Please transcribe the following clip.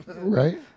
right